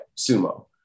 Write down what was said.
sumo